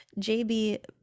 JB